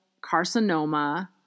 carcinoma